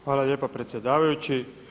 Hvala lijepa predsjedavajući.